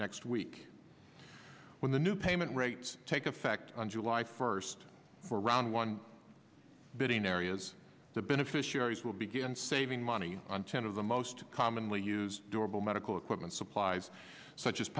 next week when the new payment rates take effect on july first around one billion areas the beneficiaries will begin saving money on ten of the most commonly used durable medical equipment supplies such as